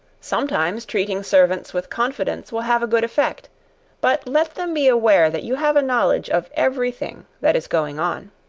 sometimes treating servants with confidence will have a good effect but let them be aware that you have a knowledge of every thing that is going on.